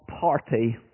party